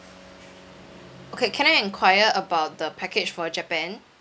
okay can I enquire about the package for japan